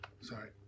Sorry